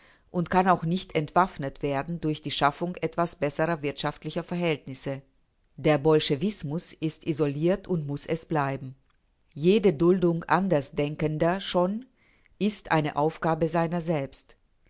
und kann auch nicht entwaffnet werden durch die schaffung etwas besserer wirtschaftlicher verhältnisse der bolschewismus ist isoliert und muß es bleiben jede duldung andersdenkender schon ist eine aufgabe seiner selbst